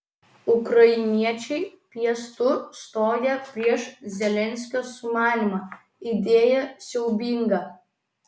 ukrainiečiai piestu stoja prieš zelenskio sumanymą idėja siaubinga